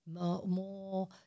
more